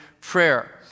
Prayer